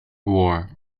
war